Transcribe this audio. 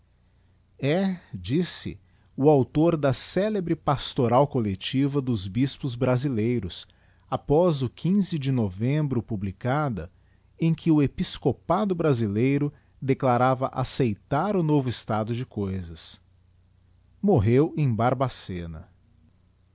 diz-se o auctor da celebre pastoral collectiva dos bispos brasileiros após o de novembro publicada em que o episcopado brasileiro declarava acceitar o novo estado de coisas morreu em barbacena